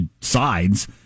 sides